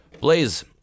Blaze